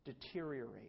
deteriorate